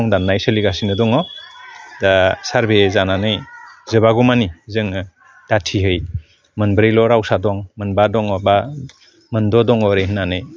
सं दान्नाय सोलिगासिनो दङ दा सारभे जानानै जोबागौ माने जोङो दाथिहै मोनब्रैल' रावसा दं मोनबा दङ बा मोनद' दङ ओरै होन्नानै